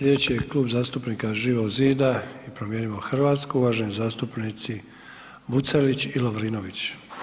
Sljedeći je Klub zastupnika Živog zida i Promijenimo Hrvatsku uvaženi zastupnici Vucelić i Lovrinović.